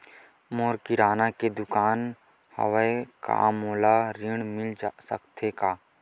मोर किराना के दुकान हवय का मोला ऋण मिल सकथे का?